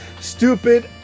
Stupid